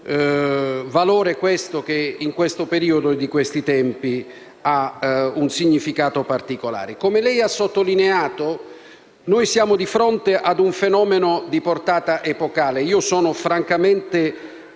valore, questo, che, in questo periodo, di questi tempi, ha un significato particolare. Come lei ha sottolineato, siamo di fronte a un fenomeno di portata epocale. Io sono francamente